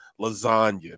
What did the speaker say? lasagna